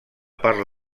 per